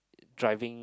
driving